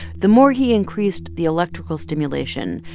the more he increased the electrical stimulation,